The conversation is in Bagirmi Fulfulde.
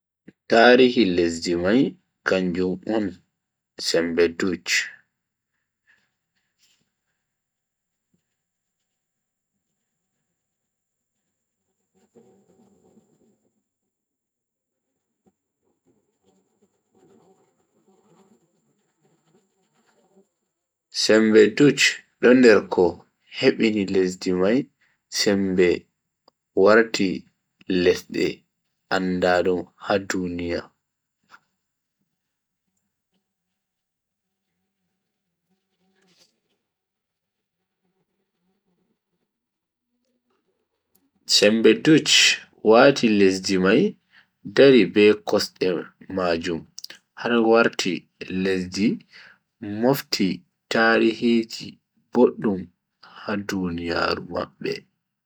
Tarihi lesdi mai kanjum on sembe dutch. sembe dutch do nder ko hebini lesdi mai sembe warti lesdi andaadum ha duniya. sembe dutch wati lesdi mai dari be kosde majum har warti lesdi mofti tarihiji boddum ha duniyaaru mabbe.